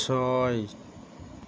ছয়